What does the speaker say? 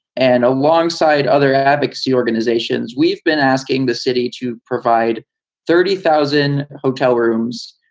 and alongside other advocacy organizations, we've been asking the city to provide thirty thousand hotel rooms,